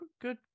Good